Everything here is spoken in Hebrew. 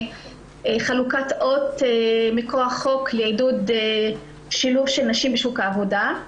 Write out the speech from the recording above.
חלוקת אות מכוח חוק לעידוד שילוב של נשים בשוק העבודה.